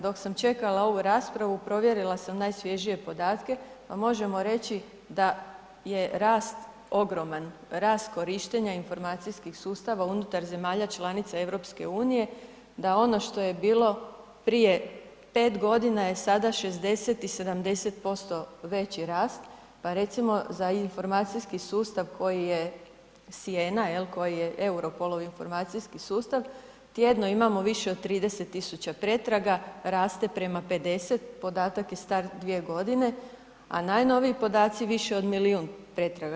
Dok sam čekala ovu raspravu provjerila sam najsvježije podatke, pa možemo reći da je rast ogroman, rast korištenja informacijskih sustava unutar zemalja članica EU, da ono što je bilo prije 5 godina je sada 60 i 70% veći rast, pa recimo za informacijski sustav koji je SIENA jel, koji je Europol-ov informacijski sustav tjedno imamo više od 30.000 pretraga, raste prema 50, podatak je star 2 godine, a najnoviji podaci više od milijun pretraga.